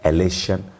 Elation